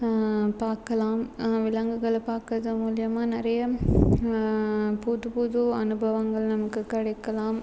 பார்க்கலாம் விலங்குகளை பார்க்கறது மூலிமா நிறைய புது புது அனுபவங்கள் நமக்கு கிடைக்கலாம்